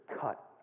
cut